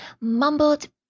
mumbled